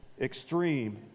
extreme